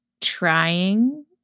trying